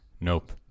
Nope